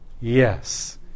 Yes